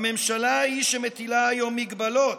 הממשלה היא שמטילה היום מגבלות.